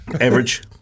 Average